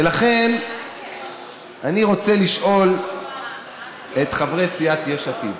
ולכן אני רוצה לשאול את חברי סיעת יש עתיד,